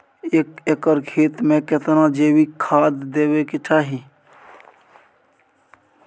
एक एकर खेत मे केतना जैविक खाद देबै के चाही?